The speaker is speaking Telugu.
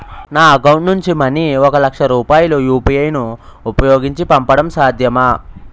నా అకౌంట్ నుంచి మనీ ఒక లక్ష రూపాయలు యు.పి.ఐ ను ఉపయోగించి పంపడం సాధ్యమా?